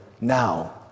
now